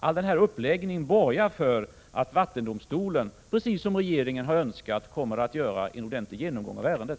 Hela denna uppläggning borgar för att vattendomstolen, precis som regeringen har önskat, kommer att göra en ordentlig genomgång av ärendet.